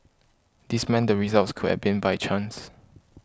this meant the results could have been by chance